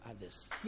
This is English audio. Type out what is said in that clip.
others